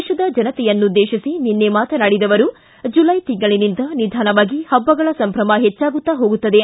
ದೇಶದ ಜನತೆಯನ್ನುದ್ದೇಶಿಸಿ ನಿನ್ನೆ ಮಾತನಾಡಿದ ಅವರು ಜುಲೈ ತಿಂಗಳನಿಂದ ನಿಧಾನವಾಗಿ ಹಬ್ಬಗಳ ಸಂಭಮ ಹೆಚ್ಚಾಗುತ್ತಾ ಹೋಗುತ್ತದೆ